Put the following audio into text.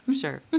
sure